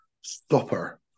stopper